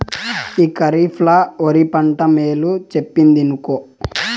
ఈ కరీఫ్ ల ఒరి పంట మేలు చెప్పిందినుకో